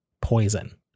poison